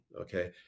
Okay